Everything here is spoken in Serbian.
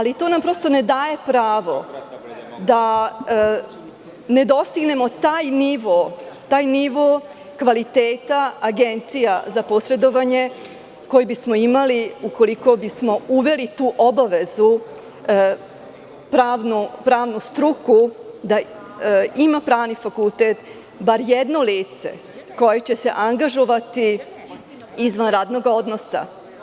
To nam ne daje pravo da ne dostignemo taj nivo kvaliteta agencija za posredovanje koji bismo imali ukoliko bismo uveli tu obavezu, pravnu struku, da bar jedno lice ima pravni fakultet, koje će se angažovati izvan radnog odnosa.